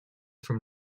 from